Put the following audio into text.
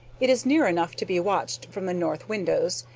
it is near enough to be watched from the north windows,